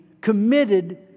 committed